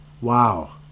Wow